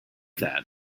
that